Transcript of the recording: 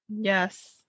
Yes